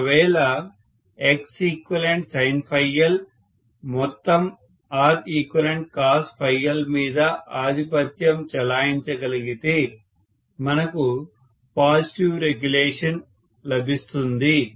ఒకవేళ XeqsinL మొత్తం ReqcosL మీద ఆధిపత్యం చెలాయించగలిగితే మనకు పాజిటివ్ రెగ్యులేషన్ లభిస్తుంది